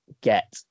get